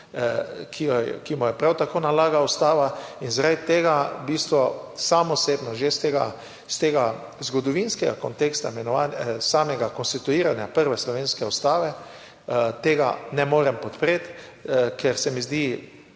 ki mu jo prav tako nalaga Ustava, in zaradi tega v bistvu sam osebno že iz tega, iz tega zgodovinskega konteksta imenovanja, samega konstituiranja prve slovenske Ustave, tega ne morem podpreti, ker se mi zdi,